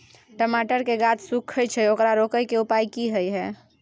टमाटर के गाछ सूखे छै ओकरा रोके के उपाय कि होय है?